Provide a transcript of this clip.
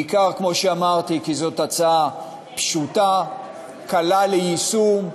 בעיקר כמו שאמרתי, כי זאת הצעה פשוטה, קלה ליישום,